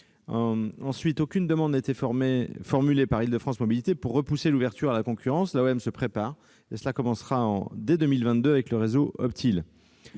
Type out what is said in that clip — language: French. ailleurs, aucune demande n'a été formulée par Île-de-France Mobilités pour repousser l'ouverture à la concurrence. L'AOM se prépare, et cela commencera dès 2022 avec le réseau Optile.